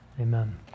Amen